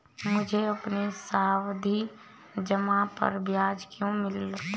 मुझे अपनी सावधि जमा पर ब्याज क्यो नहीं मिला?